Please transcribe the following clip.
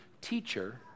teacher